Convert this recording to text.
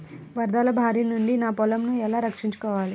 వరదల భారి నుండి నా పొలంను ఎలా రక్షించుకోవాలి?